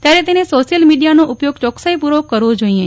ત્યારે તેને સોશિયલ મીડિયાનો ઉપયોગ ચોકસાઈપૂર્વક કરવો જોઈએ